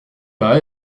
pas